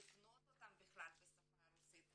לבנות אותם בכלל בשפה הרוסית.